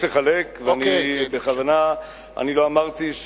בכוונה אני לא אמרתי,